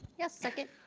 yes, second.